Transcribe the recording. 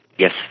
Yes